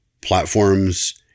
platforms